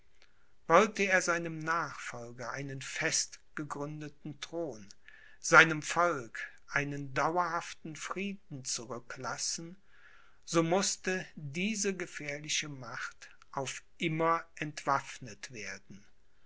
wollte er seinem nachfolger einen fest gegründeten thron seinem volk einen dauerhaften frieden zurücklassen so mußte diese gefährliche macht auf immer entwaffnet werden